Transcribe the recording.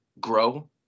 grow